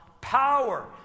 power